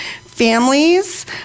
families